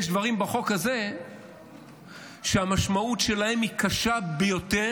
יש דברים בחוק הזה שהמשמעות שלהם היא קשה ביותר,